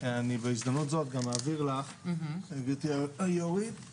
אני בהזדמנות זו גם אעביר לך גבירתי היו"רית,